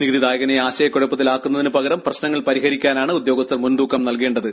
നികുതിദായകനെ ആശയക്കുഴപ്പത്തി ലാക്കുന്നതിനുപകരം പ്രശ്നങ്ങൾ പരിഹരിക്കാനാണ് ഉദ്യോഗ സ്ഥർ മുൻതൂക്കം നൽകേണ്ടത്